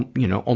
you know, al,